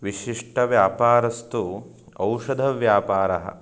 विशिष्टव्यापारस्तु औषधव्यापारः